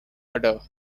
udder